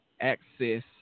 access